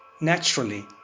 Naturally